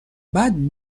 بعد